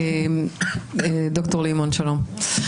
ד"ר לימון, שלום.